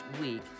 week